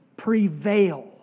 prevail